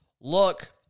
Look